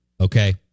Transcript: okay